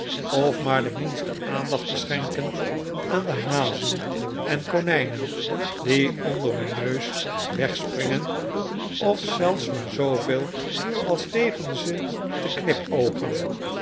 of maar de minste aandacht te schenken aan de hazen en konijnen die onder hun neus wegspringen of zelfs maar zooveel als tegen ze te knipoogen